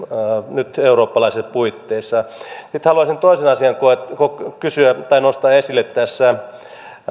nyt eurooppalaisissa puitteissa sitten haluaisin toisen asian kysyä tai nostaa esille tässä